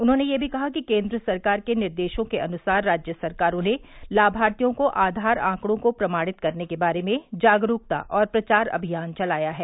उन्होंने यह भी कहा कि केन्द्र सरकार के निर्देशों के अनुसार राज्य सरकारों ने लामार्थियों को आघार आंकड़ों को प्रमाणित करने के बारे में जागरूकता और प्रचार अभियान चलाया है